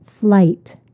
flight